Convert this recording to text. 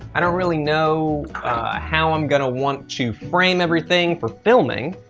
i don't really know how i'm gonna want to frame everything for filming,